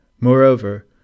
Moreover